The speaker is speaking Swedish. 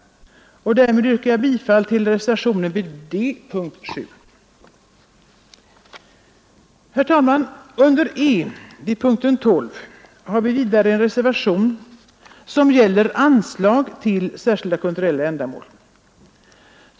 Därmed yrkar jag bifall till reservationen D vid punkten 7. Herr talman! Under E vid punkten 12 har vi vidare en reservation som gäller Bidrag till särskilda kulturella ändamål.